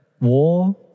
war